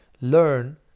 learn